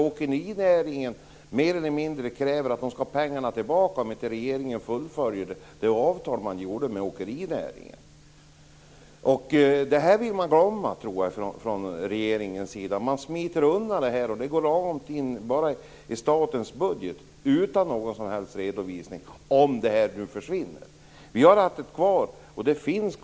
Åkerinäringen kräver mer eller mindre att de skall ha pengarna tillbaka om regeringen inte fullföljer det avtal man gjorde med åkerinäringen. Jag tror att regeringen vill glömma detta. Om detta nu försvinner anser jag att man smiter undan från detta och låter det gå in i statens budget utan någon som helst redovisning. Vi har låtit det stå kvar. Det bör redovisas.